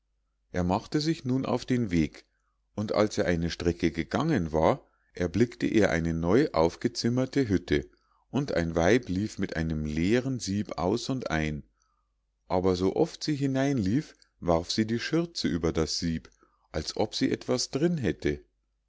er machte sich nun auf den weg und als er eine strecke gegangen war erblickte er eine neu aufgezimmerte hütte und ein weib lief mit einem leeren sieb aus und ein aber so oft sie hineinlief warf sie die schürze über das sieb als ob sie etwas drin hätte